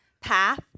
path